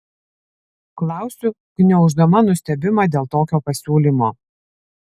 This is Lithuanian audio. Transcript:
klausiu gniauždama nustebimą dėl tokio pasiūlymo